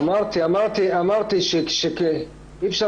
אמרתי שאי אפשר